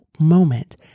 moment